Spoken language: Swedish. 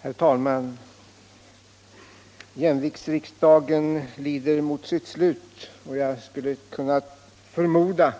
Herr talman! Jämviktsriksdagen lider mot sitt slut, och jag skulle förmoda